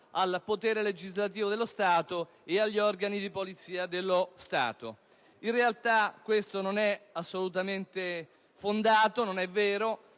al potere legislativo dello Stato e agli organi di polizia dello Stato. In realtà, ciò non è assolutamente fondato, non è vero.